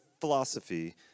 philosophy